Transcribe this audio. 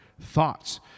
thoughts